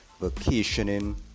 vacationing